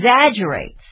exaggerates